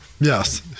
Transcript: Yes